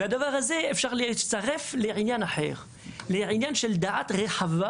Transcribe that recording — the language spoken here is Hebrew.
את הדבר הזה אפשר לצרף לדעת הרחבה